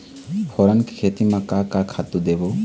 फोरन के खेती म का का खातू देबो?